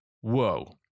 Whoa